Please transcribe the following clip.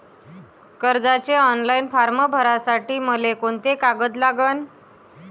कर्जाचे online form भरासाठी मले कोंते कागद लागन?